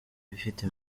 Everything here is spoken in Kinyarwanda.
ifite